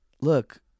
look